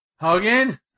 Hogan